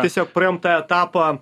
tiesiog praėjom tą etapą